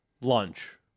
lunch